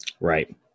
Right